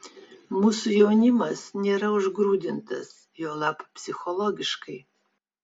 mūsų jaunimas nėra užgrūdintas juolab psichologiškai